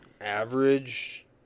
average